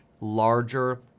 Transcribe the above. larger